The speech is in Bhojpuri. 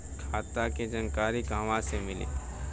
खाता के जानकारी कहवा से मिली?